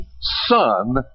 Son